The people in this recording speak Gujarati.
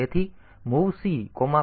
તેથી MOV CP3